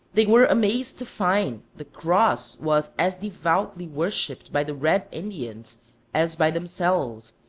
they were amazed to find the cross was as devoutly worshipped by the red indians as by themselves,